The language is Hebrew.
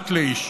משמעת לאיש.